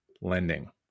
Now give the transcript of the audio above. lending